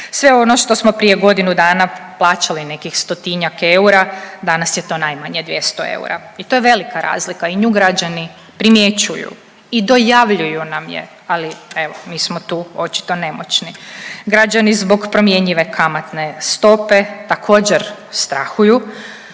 Sve ono što smo prije godinu dana plaćali nekih stotinjak eura danas je to najmanje 200 eura. I to je velika razlika. I nju građani primjećuju i dojavljuju nam je, ali evo mi smo tu očito nemoćni. Građani zbog promjenjive kamatne stope također strahuju,